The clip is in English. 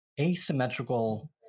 asymmetrical